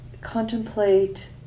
contemplate